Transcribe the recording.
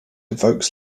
evokes